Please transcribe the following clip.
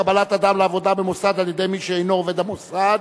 קבלת אדם לעבודה במוסד על-ידי מי שאינו עובד המוסד),